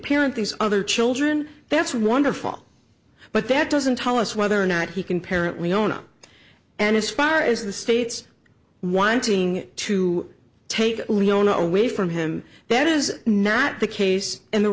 parent these other children that's wonderful but that doesn't tell us whether or not he can parent leona and as far as the state's wanting to take leona away from him that is not the case and the